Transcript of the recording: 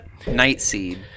Nightseed